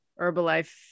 Herbalife